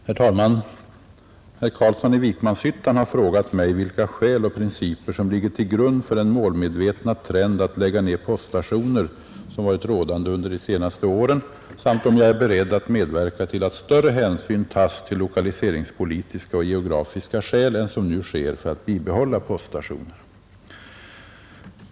Herr talman! Herr Carlsson i Vikmanshyttan har frågat mig vilka skäl och principer som ligger till grund för den målmedvetna trend att lägga ned poststationer som varit rådande under de senaste åren samt om jag är beredd att medverka till att större hänsyn tas till lokaliseringspolitiska och geografiska skäl än som nu sker för att bibehålla poststationer.